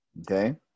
Okay